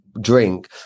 drink